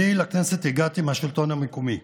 לכנסת הגעתי מהשלטון המקומי,